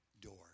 door